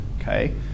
okay